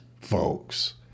folks